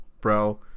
bro